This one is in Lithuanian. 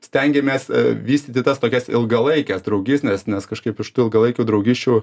stengiamės vystyti tas tokias ilgalaikes draugysnes nes kažkaip iš tų ilgalaikių draugysčių